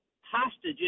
hostages